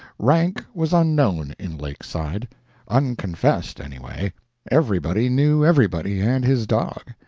rank was unknown in lakeside unconfessed, anyway everybody knew everybody and his dog,